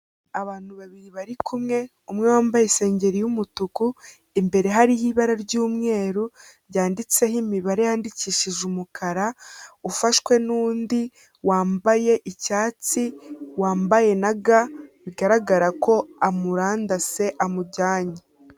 Abantu babiri bari kumwe, umwe wambaye isengeri y'umutuku, imbere hariho ibara ry'umweru ryanditseho imibare yandikishije umukara, ufashwe n'undi wambaye icyatsi, wambaye na ga, bigaragara ko amurandase, amujyanye.